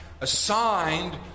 Assigned